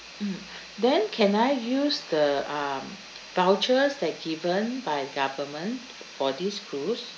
mm then can I use the um vouchers that given by government for this cruise